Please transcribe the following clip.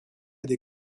des